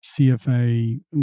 CFA